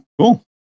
Cool